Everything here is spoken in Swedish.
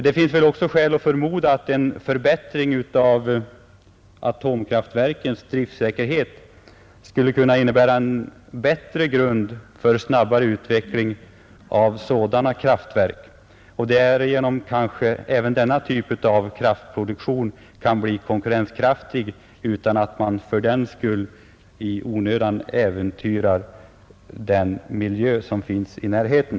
Det finns väl också skäl att förmoda att en förbättring av atomkraftverkens driftsäkerhet skulle kunna innebära en bättre grund för snabbare utveckling av sådana kraftverk. Därigenom kan kanske även denna typ av kraftproduktion bli konkurrenskraftig utan att man fördenskull i onödan äventyrar den miljö som finns i närheten.